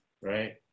right